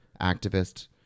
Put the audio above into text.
activist